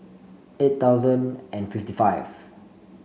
eight thousand and fifty five